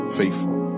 faithful